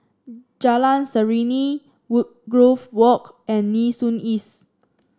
Jalan Serene Woodgrove Walk and Nee Soon East